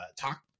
talk